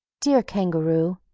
dear kangaroo,